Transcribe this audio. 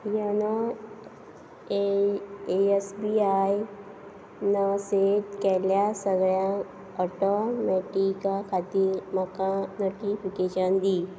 YONO S B I न set केल्ल्या सगळ्यां ऑटॉमॅटिका खातीर म्हाका नोटिफिकेशन दी